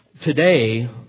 Today